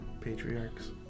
Patriarchs